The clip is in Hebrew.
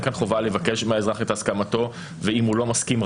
אין כאן חובה לבקש מהאזרח את הסכמתו ואם הוא לא מסכים,